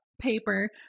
paper